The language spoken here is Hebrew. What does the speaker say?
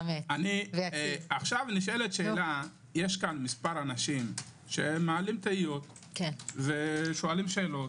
יש פה מספר אנשים שמעלים תהיות ושואלים שאלות.